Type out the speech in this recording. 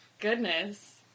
goodness